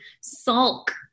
sulk